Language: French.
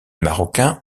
marocains